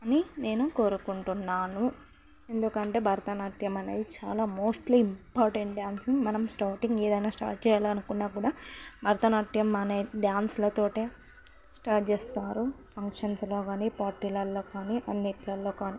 అని నేను కోరుకుంటున్నాను ఎందుకంటే భరతనాట్యం అనేది చాలా మోస్ట్లీ ఇంపార్టెంట్ డ్యాన్సు మనం స్టార్టింగ్ ఏదైనా స్టార్ట్ చెయ్యాలి అనుకున్న కూడా భరతనాట్యం అనే డాన్సులతోనే స్టార్ట్ చేస్తారు ఫంక్షన్స్లో కాని పార్టీలల్లో కాని అన్నిట్లో కాని